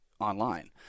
online